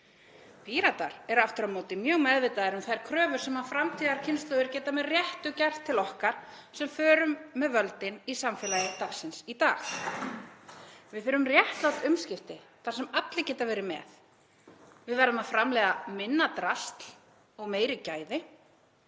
Píratar eru aftur á móti mjög meðvitaðir um þær kröfur sem framtíðarkynslóðir geta með réttu gert til okkar sem förum með völdin í samfélagi dagsins í dag. Við þurfum réttlát umskipti þar sem allir geta verið með. Við verðum að framleiða minna drasl og meiri gæði